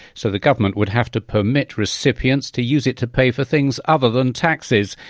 so the government would have to permit recipients to use it to pay for things other than taxes.